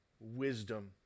wisdom